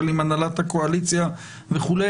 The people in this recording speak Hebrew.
עם הנהלת הקואליציה וכו'.